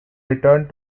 returned